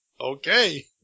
Okay